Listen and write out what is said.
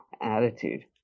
attitude